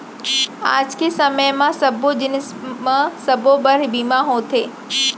आज के समे म सब्बो जिनिस म सबो बर बीमा होवथे